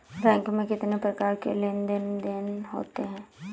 Bank में कितनी प्रकार के लेन देन देन होते हैं?